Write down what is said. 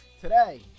Today